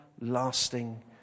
lasting